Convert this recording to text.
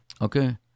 okay